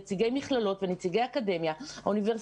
נציגי מכללות ונציגי אוניברסיטאות.